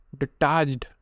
detached